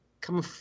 come